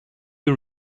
you